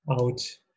out